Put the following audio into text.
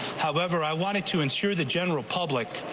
however i wanted to ensure the general public.